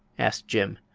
asked jim.